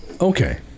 okay